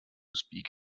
speak